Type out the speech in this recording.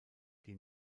die